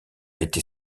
été